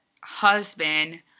husband